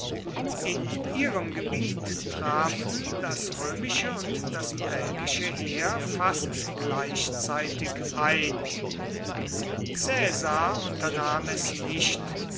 in ihrem gebiet trafen das römische und das belgische heer fast gleichzeitig ein caesar unternahm es nicht